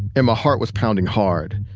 and my heart was pounding hard.